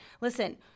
Listen